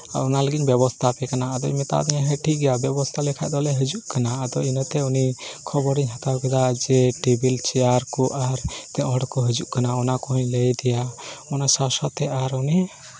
ᱚᱱᱟ ᱞᱟᱹᱜᱤᱫ ᱤᱧ ᱵᱮᱵᱚᱥᱛᱟᱣᱟᱯᱮ ᱠᱟᱱᱟ ᱟᱫᱚᱭ ᱢᱮᱛᱟᱣᱟᱫᱤᱧᱟᱹ ᱦᱮᱸ ᱴᱷᱤᱠᱜᱮᱭᱟ ᱵᱮᱵᱚᱥᱛᱷᱟ ᱞᱮᱠᱷᱟᱱ ᱫᱚᱞᱮ ᱦᱤᱡᱩᱜ ᱠᱟᱱᱟ ᱛᱚ ᱤᱱᱟᱹᱛᱮ ᱩᱱᱤ ᱠᱷᱚᱵᱚᱨᱤᱧ ᱦᱟᱛᱟᱣ ᱠᱮᱫᱟ ᱡᱮ ᱴᱮᱵᱤᱞ ᱪᱮᱭᱟᱨ ᱠᱚ ᱟᱨ ᱛᱤᱱᱟᱹᱜ ᱦᱚᱲᱠᱚ ᱦᱤᱡᱩᱜ ᱠᱟᱱᱟ ᱚᱱᱟ ᱠᱚᱦᱚᱧ ᱞᱟᱹᱭᱟᱫᱮᱭᱟ ᱚᱱᱟ ᱥᱟᱶ ᱥᱟᱶᱛᱮ ᱟᱨ ᱩᱱᱤ